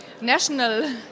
national